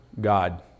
God